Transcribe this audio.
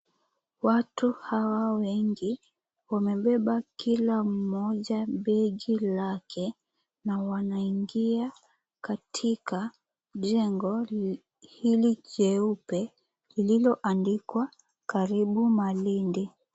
Watu hawa wengi wamebeba kila mmoja begi lake na wanaingia katika jengo hili jeupe lililoandikwa, Karibu Malindi.